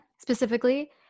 specifically